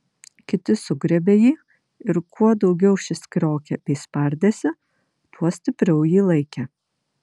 kiti sugriebė jį ir kuo daugiau šis kriokė bei spardėsi tuo stipriau jį laikė